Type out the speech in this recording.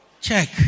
Check